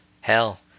Hell